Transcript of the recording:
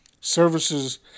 services